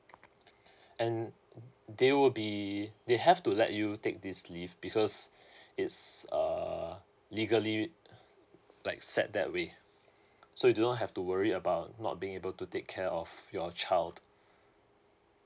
and they will be they have to let you take this leave because it's uh legally like set that way so you do not have to worry about not being able to take care of your child